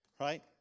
Right